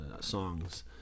songs